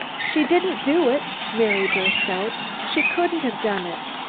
she didn't do it! mary burst out. she couldn't have done it.